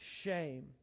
shame